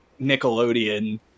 Nickelodeon